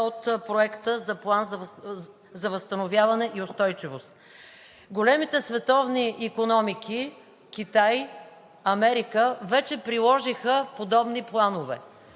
от Проекта за план за възстановяване и устойчивост. Големите световни икономики – Китай, Америка, вече приложиха подобни планове.